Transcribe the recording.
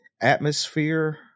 atmosphere